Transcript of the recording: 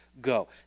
go